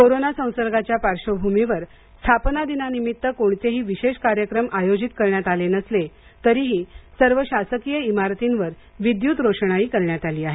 corona संसर्गाच्या पार्श्वभूमीवर स्थापना दिनानिमित्त कोणतेही विशेष कार्यक्रम आयोजित करण्यात आले नसले तरीही सर्व शासकीय इमारतींवर विद्युत रोषणाई करण्यात आली आहे